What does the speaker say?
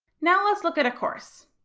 now let's look at a course.